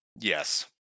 Yes